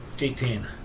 Eighteen